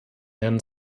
herrn